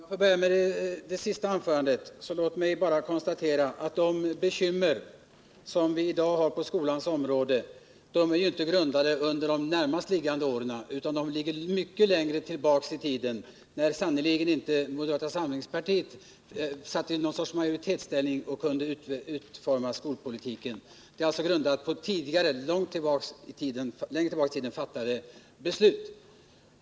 Herr talman! Om jag får börja med det senaste anförandet, så låt mig bara konstatera att de bekymmer som vi i dag har på skolans område inte är grundlagda under de senaste åren. Det ligger mycket längre tillbaka i tiden. Då befann sig moderata samlingspartiet sannerligen inte i majoritetsställning och kunde utforma skolpolitiken. Bekymren grundar sig alltså på längre tillbaka i tiden fattade beslut.